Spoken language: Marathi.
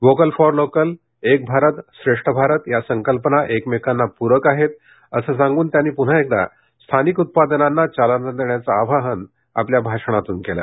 व्होकल फॉर लोकल एक भारत श्रेष्ठ भारत या संकल्पना एकमेकांना पूरक आहेत असं सांगून त्यांनी पून्हा एकदा स्थानिक उत्पादनांना चालना देण्याचं आवाहन आपल्या या भाषणातून केलं